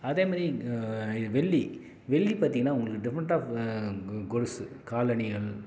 அதே மாதிரி வெள்ளி வெள்ளி பார்த்திங்கன்னா உங்களுக்கு டிஃப்ரெண்ட் ஆஃப் கொ கொலுசு காலணிகள்